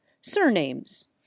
Surnames